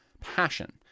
passion